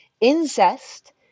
incest